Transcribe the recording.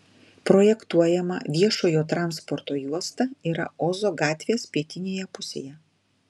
projektuojama viešojo transporto juosta yra ozo gatvės pietinėje pusėje